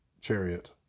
chariot